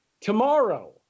Tomorrow